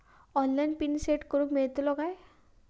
Online pin set करूक मेलतलो काय?